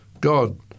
God